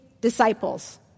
disciples